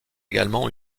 également